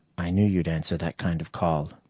i knew you'd answer that kind of call,